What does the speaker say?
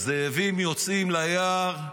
הזאבים יוצאים ליער,